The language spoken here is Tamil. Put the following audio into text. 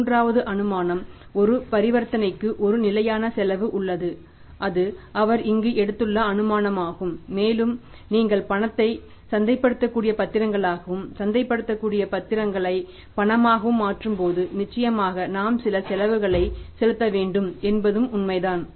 மூன்றாவது அனுமானம் ஒவ்வொரு பரிவர்த்தனைக்கும் ஒரு நிலையான செலவு உள்ளது இது அவர் இங்கு எடுத்துள்ள அனுமானமாகும் மேலும் நீங்கள் பணத்தை சந்தைப்படுத்தக்கூடிய பத்திரங்களாகவும் சந்தைப்படுத்தக்கூடிய பத்திரங்களை பணமாகவும் மாற்றும்போது நிச்சயமாக நாம் சில செலவுகளைச் செலுத்த வேண்டும் என்பதும் உண்மைதான்